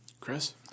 Chris